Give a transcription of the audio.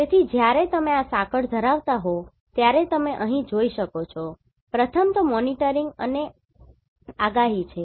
તેથી જ્યારે તમે આ સાંકળ ધરાવતા હો ત્યારે તમે અહીં જોઈ શકો છો પ્રથમ તો મોનિટરિંગ અને આગાહી છે